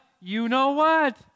you-know-what